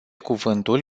cuvântul